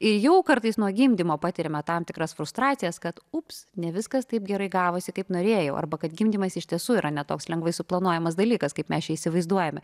ir jau kartais nuo gimdymo patiriame tam tikras frustracijas kad ups ne viskas taip gerai gavosi kaip norėjau arba kad gimdymas iš tiesų yra ne toks lengvai suplanuojamas dalykas kaip mes įsivaizduojame